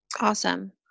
Awesome